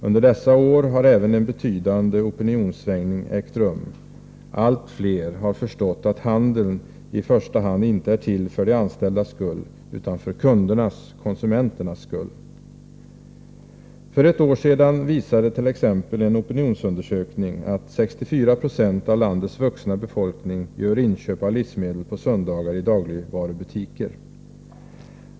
Under dessa år har även en betydande opinionssvängning ägt rum. Allt fler har förstått att handeln i första hand inte är till för de anställdas skull utan för kundernas/konsumenternas skull. För ett år sedan visade t.ex. en opinionsundersökning att 64 96 av landets vuxna befolkning gör inköpen av livsmedel på söndagar i dagligvarubutiker.